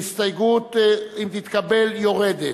ההסתייגות "אם תתקבל, " יורדת.